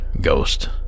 Ghost